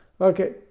Okay